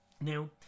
Now